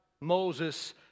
Moses